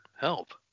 help